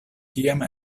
kiam